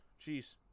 jeez